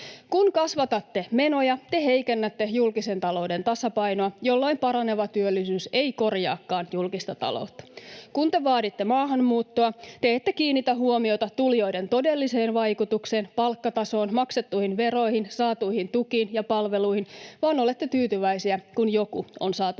Kun kasvatatte menoja, te heikennätte julkisen talouden tasapainoa, jolloin paraneva työllisyys ei korjaakaan julkista taloutta. Kun te vaaditte maahanmuuttoa, te ette kiinnitä huomiota tulijoiden todelliseen vaikutukseen, palkkatasoon, maksettuihin veroihin, saatuihin tukiin ja palveluihin, vaan olette tyytyväisiä, kun joku on saatu maahan.